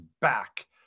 back